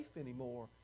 anymore